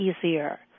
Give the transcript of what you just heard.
easier